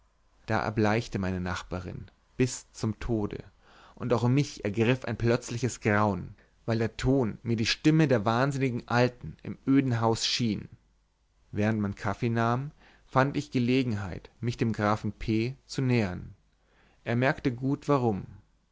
da erbleichte meine nachbarin bis zum tode und auch mich ergriff ein plötzliches grauen weil der ton mir die stimme der wahnsinnigen alten im öden hause schien während daß man kaffee nahm fand ich gelegenheit mich dem grafen p zu nähern er merkte gut warum